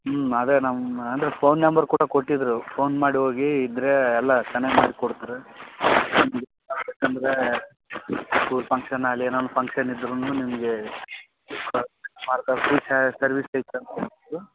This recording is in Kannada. ಹ್ಞೂ ಅದೇ ನಮ್ಮ ಅಂದರೆ ಫೋನ್ ನಂಬರ್ ಕೂಡ ಕೊಟ್ಟಿದ್ದರು ಫೋನ್ ಮಾಡಿ ಹೋಗಿ ಇದ್ದರೆ ಎಲ್ಲ ಚೆನ್ನಾಗಿ ಮಾಡಿ ಕೊಡ್ತಾರೆ ಅಂದರೆ ಸ್ಕೂಲ್ ಫಂಕ್ಷನ್ ಆಗಲಿ ಏನೋ ಒಂದು ಫಂಕ್ಷನ್ ಇದ್ರುನು ನಿಮ್ಗೆ ಸರ್ವಿಸ್